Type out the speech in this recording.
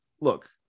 look